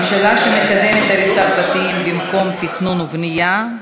ממשלה שמקדמת הריסת בתים במקום תכנון ובנייה,